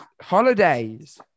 holidays